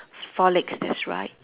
four legs that's right